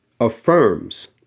affirms